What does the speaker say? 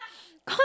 cause